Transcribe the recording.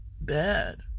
Bad